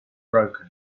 broken